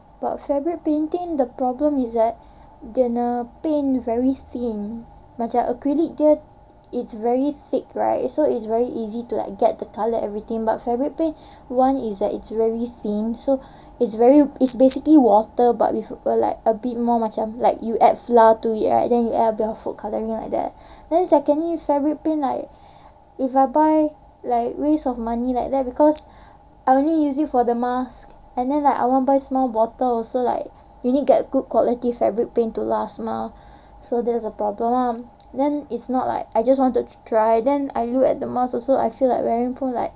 but fabric painting the problem is that dia punya paint very faint very thin macam acrylic dia it's very thick right so it's very easy to get the colour everything but fabric paint one is that it's very thin so it's very it's basically water but with err like a bit more macam like you add flour to it right then you add a bit of food colouring like that then secondly fabric paint like if I buy like waste of money like that because I only use it for the mask and then like I won't buy small bottles also like we need to get good quality fabric paint to last mah so that's the problem then it's not like I just want to try then I look at the mask also I feel like wearing so like